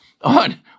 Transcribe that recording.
on